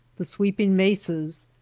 the sweeping mesas,